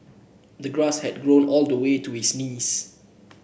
the grass had grown all the way to his knees